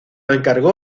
encargó